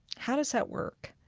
how does that work?